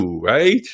right